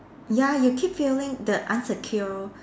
ya you keep feeling the un-secure